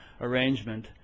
arrangement